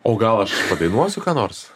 o gal aš padainuosiu ką nors